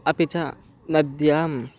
अपि च नद्याम्